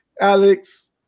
Alex